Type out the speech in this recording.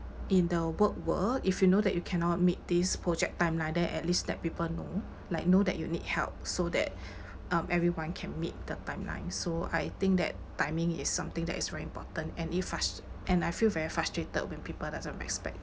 in the work world if you know that you cannot meet this project timeline then at least let people know like know that you need help so that um everyone can meet the timeline so I think that timing is something that is very important and it frus~ and I feel very frustrated when people doesn't respect